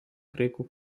graikų